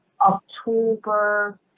october